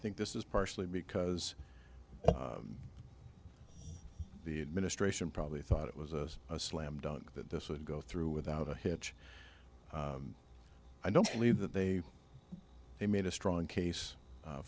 think this is partially because the administration probably thought it was a slam dunk that this would go through without a hitch i don't believe that they they made a strong case